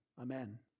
Amen